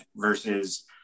versus